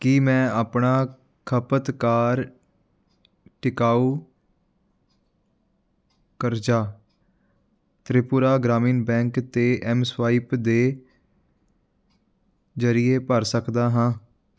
ਕੀ ਮੈਂ ਆਪਣਾ ਖਪਤਕਾਰ ਟਿਕਾਊ ਕਰਜ਼ਾ ਤ੍ਰਿਪੁਰਾ ਗ੍ਰਾਮੀਣ ਬੈਂਕ ਅਤੇ ਮਸਵਾਇਪ ਦੇ ਜ਼ਰੀਏ ਭਰ ਸਕਦਾ ਹਾਂ